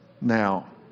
now